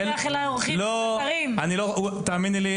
בגלל זה הוא שולח אלי עורכים --- תאמיני לי,